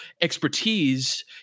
expertise